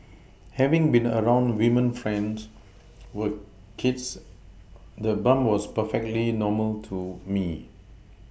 having been around women friends with kids the bump was perfectly normal to me